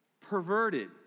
perverted